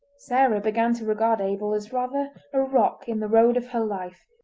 sarah began to regard abel as rather a rock in the road of her life,